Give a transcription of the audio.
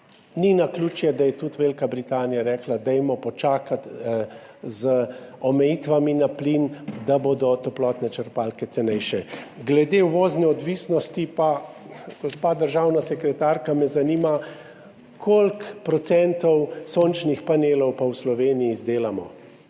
Ni naključje, da je tudi Velika Britanija rekla, dajmo počakati z omejitvami glede plina, da bodo toplotne črpalke cenejše. Glede uvozne odvisnosti pa me, gospa državna sekretarka, zanima, koliko procentov sončnih panelov pa izdelamo